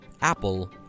Apple